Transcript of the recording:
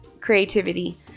creativity